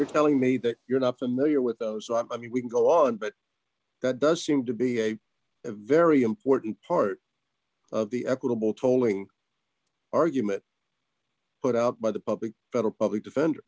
were telling me that you're not familiar with those so i mean we can go on but that does seem to be a very important part of the equitable tolling argument put up by the public federal public defender